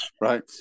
right